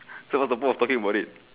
so what the point of talking about it